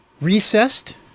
Recessed